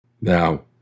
Now